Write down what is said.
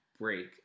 break